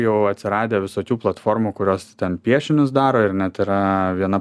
jau atsiradę visokių platformų kurios ten piešinius daro ir net yra viena